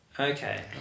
Okay